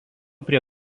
prie